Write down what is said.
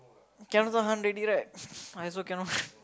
cannot tahan already right I also cannot